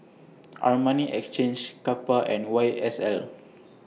Armani Exchange Kappa and Y S L